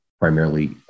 primarily